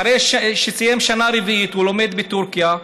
אחרי שסיים שנה רביעית, הוא לומד בטורקיה,